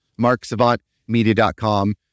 marksavantmedia.com